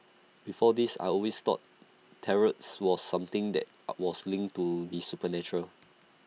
before this I always thought Tarots was something that was linked to the supernatural